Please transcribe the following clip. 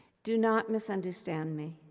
do not misunderstand me.